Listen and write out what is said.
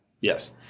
Yes